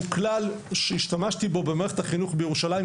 כלל שהשתמשתי בו במערכת החינוך בירושלים,